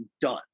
done